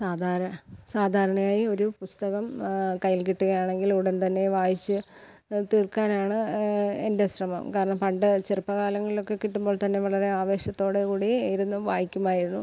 സാധാരണ സാധാരണയായി ഒരു പുസ്തകം കൈയിൽ കിട്ടുകയാണെങ്കിൽ ഉടൻ തന്നെ വായിച്ച് തീർക്കാനാണ് എൻ്റെ ശ്രമം കാരണം പണ്ട് ചെറുപ്പകാലങ്ങളിൽ ഒക്കെ കിട്ടുമ്പോൾ തന്നെ വളരെ ആവേശത്തോടെ കൂടി ഇരുന്നു വായിക്കുമായിരുന്നു